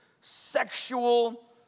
sexual